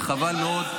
וחבל מאוד,